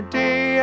day